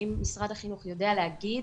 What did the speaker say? האם משרד החינוך יודע להגיד